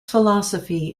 philosophy